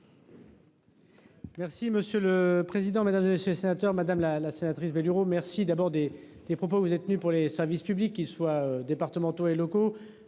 Merci monsieur le président, Mesdames, et messieurs les sénateurs, madame la sénatrice Bénureau merci d'abord des, des propos vous êtes tenu pour les services publics, qu'ils soient départementaux et locaux